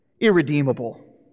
irredeemable